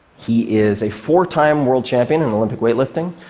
he is a four-time world champion in olympic weightlifting,